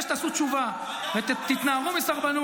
אנחנו לא פיצלנו שום דבר.